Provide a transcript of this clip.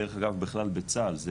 דרך אגב בכלל בצה"ל,